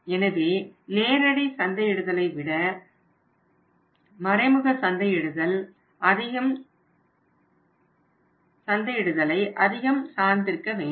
எனவே நேரடி சந்தையிடுதலை விட மறைமுக சந்தையிடுதலை அதிகம் சார்ந்திருக்க வேண்டும்